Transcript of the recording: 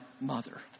mother